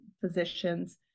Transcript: physicians